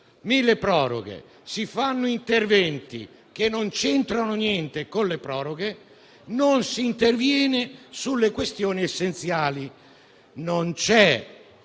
milleproroghe si fanno interventi che non c'entrano niente con le proroghe, inoltre non si interviene sulle questioni essenziali. Non c'è